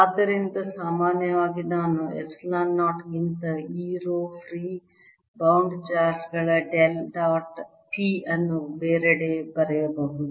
ಆದ್ದರಿಂದ ಸಾಮಾನ್ಯವಾಗಿ ನಾನು ಎಪ್ಸಿಲಾನ್ 0 ಗಿಂತ E rho free bound charge ಗಳ ಡೆಲ್ ಡಾಟ್ P ಅನ್ನು ಬೇರೆಡೆಗೆ ಬರೆಯಬಹುದು